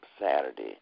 Saturday